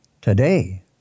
today